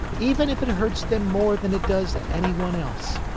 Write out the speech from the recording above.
even if it hurts them more than it does any one else.